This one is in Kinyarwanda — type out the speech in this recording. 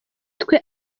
twe